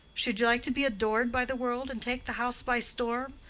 should you like to be adored by the world and take the house by storm,